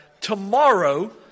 tomorrow